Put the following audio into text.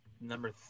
number